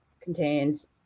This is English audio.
contains